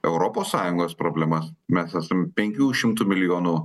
europos sąjungos problemas mes esam penkių šimtų milijonų